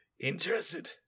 Interested